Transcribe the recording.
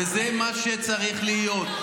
וזה מה שצריך להיות.